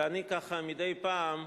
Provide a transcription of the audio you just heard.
ואני, ככה, מדי פעם,